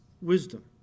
Wisdom